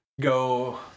go